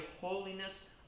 holiness